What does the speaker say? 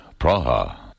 Praha